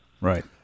Right